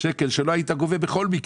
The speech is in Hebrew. שקל שלא היית גובה בכל מקרה.